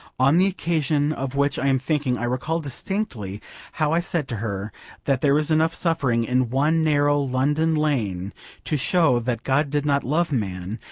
on the occasion of which i am thinking i recall distinctly how i said to her that there was enough suffering in one narrow london lane to show that god did not love man,